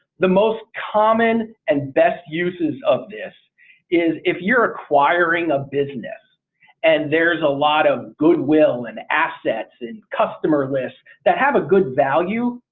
the most common and best uses of this is if you're acquiring a business and there's a lot of goodwill and assets and customer lists that have a good value,